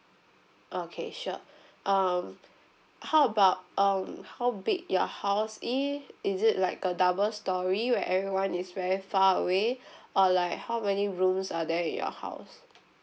okay sure um how about um how big your house is is it like a double storey where everyone is very far away or like how many rooms are there in your house